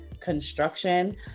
construction